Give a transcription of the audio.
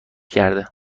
کرده